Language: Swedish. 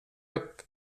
upp